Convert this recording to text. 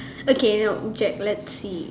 okay now object let's see